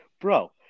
Bro